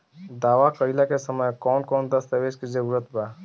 दावा कईला के समय कौन कौन दस्तावेज़ के जरूरत बा?